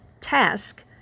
task